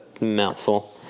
mouthful